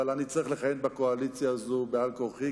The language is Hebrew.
אבל אני צריך לכהן בקואליציה הזו על-כורחי,